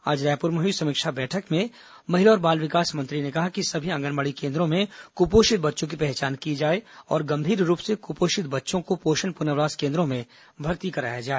आज रायपुर में हुई समीक्षा बैठक में महिला और बाल विकास मंत्री ने कहा कि सभी आंगनबाड़ी केन्द्रों में कुपोषित बच्चों की पहचान की जाए और गंभीर रूप से कुपोषित बच्चों को पोषण पुर्नवास केन्द्रों में भर्ती कराया जाए